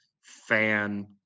fan